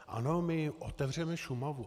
Ano, my otevřeme Šumavu.